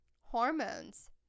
Hormones